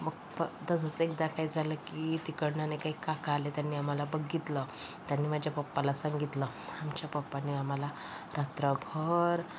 मग प त जसे एकदा काय झालं की तिकडनं नाही का एक काका आले त्यांनी आम्हाला बघितलं त्यांनी माझ्या पप्पाला सांगितलं आमच्या पप्पानी आम्हाला रात्रभर